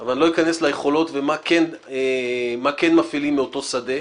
אבל אני לא אכנס ליכולות ומה כן מפעילים מאותו שדה.